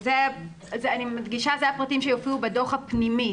אני מדגישה שאלה הפרטים שיופיעו בדוח הפנימי.